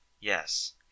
Yes